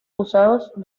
usados